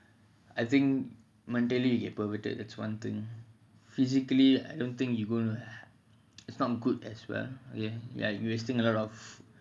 I think mentally you get perverted that's one thing I think physically I don't think that's not good as well ya you're wasting a lot of